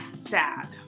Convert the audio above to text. sad